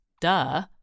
Duh